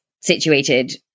situated